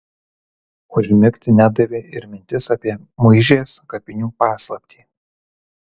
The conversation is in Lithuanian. užmigti nedavė ir mintis apie muižės kapinių paslaptį